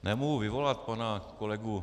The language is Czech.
Nemohu vyvolat pana kolegu